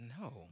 No